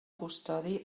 custodi